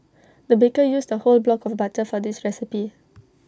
the baker used A whole block of butter for this recipe